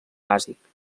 bàsic